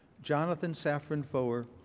jonathan safran foer,